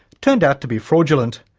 turned out to be fraudulent,